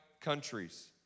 countries